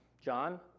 John